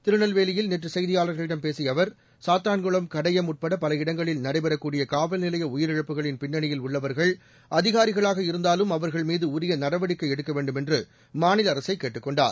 திருநெல்வேலியில் நேற்று செய்தியாளர்களிடம் பேசிய அவர் சாத்தான்குளம் கடையம் உட்பட பல இடங்களில் நடைபெறக்கூடிய காவல்நிலைய உயிரிழப்புகளின் பின்னணியில் உள்ளவர்கள் அதிகாரிகளாக இருந்தாலும் அவர்கள்மீது உரிய நடவடிக்கை எடுக்கவேண்டும் என்று மாநில அரசை கேட்டுக் கொண்டார்